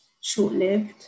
short-lived